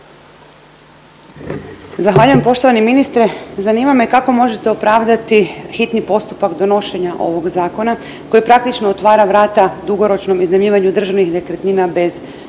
Zahvaljujem. Poštovani ministre zanima me kako možete opravdati hitni postupak donošenja ovog zakona koji praktično otvara vrata dugoročnom iznajmljivanju državnih nekretnina bez javnog